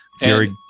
Gary